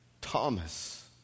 Thomas